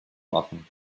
machen